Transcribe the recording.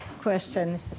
question